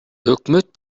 өкмөт